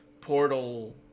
portal